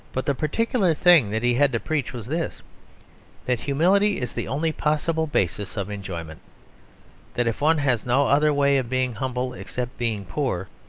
but the particular thing that he had to preach was this that humility is the only possible basis of enjoyment that if one has no other way of being humble except being poor,